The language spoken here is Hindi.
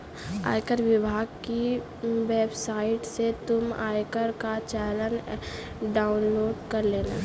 आयकर विभाग की वेबसाइट से तुम आयकर का चालान डाउनलोड कर लेना